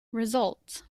results